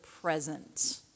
present